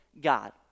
God